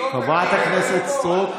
חברת הכנסת סטרוק.